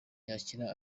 yakira